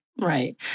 Right